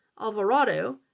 Alvarado